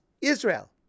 Israel